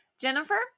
Jennifer